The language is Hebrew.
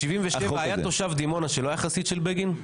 ב-77' היה תושב דימונה שלא היה חסיד של בגין?